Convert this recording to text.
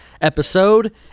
episode